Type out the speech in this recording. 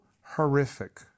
horrific